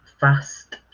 fast